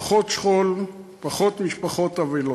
פחות שכול, פחות משפחות אבלות.